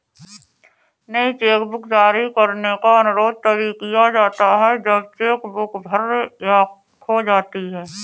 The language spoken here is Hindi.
नई चेकबुक जारी करने का अनुरोध तभी किया जाता है जब चेक बुक भर या खो जाती है